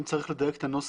אם צריך לדייק את הנוסח,